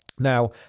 Now